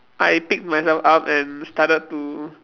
I picked myself up and started to